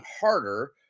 harder